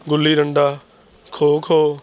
ਗੁੱਲੀ ਡੰਡਾ ਖੋ ਖੋ